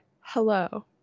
Hello